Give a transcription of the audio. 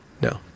no